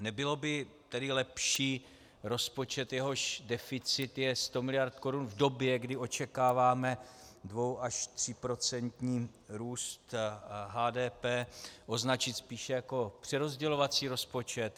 Nebylo by tedy lepší rozpočet, jehož deficit je 100 mld. Kč v době, kdy očekáváme dvou až tříprocentní růst HDP, označit spíše jako přerozdělovací rozpočet?